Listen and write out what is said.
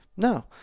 No